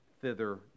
thither